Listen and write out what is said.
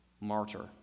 Martyr